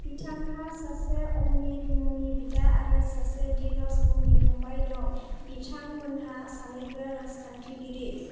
बिथांहा सासे अमित मुंनि बिदा आरो सासे धिराज मुंनि फंबाइ दं बिथांमोनहा सानैबो राजखान्थिगिरि